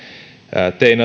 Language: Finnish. tein